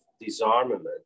disarmament